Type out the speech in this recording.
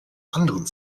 anderen